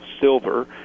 silver